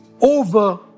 over